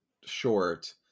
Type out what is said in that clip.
short